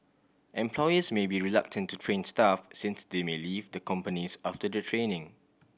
employers may be reluctant to train staff since they may leave the companies after their training